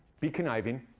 be conniving,